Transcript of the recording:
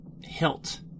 hilt